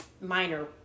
minor